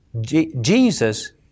JESUS